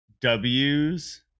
Ws